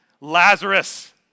Lazarus